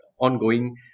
ongoing